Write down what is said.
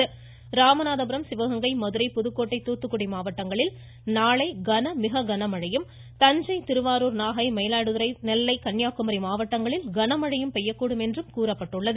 நாளை ராமநாதபுரம் சிவகங்கை மதுரை புதுக்கோட்டை தூத்துக்குடி மாவட்டங்களில் கன மிககன மழையும் தஞ்சை திருவாரூர் நாகை மயிலாடுதுறை திருநெல்வேலி கன்னியாகுமரி மாவட்டங்களில் கனமழையும் பெய்யக்கூடும் என்றும் கூறியுள்ளது